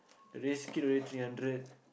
race kit already three hundred